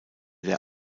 der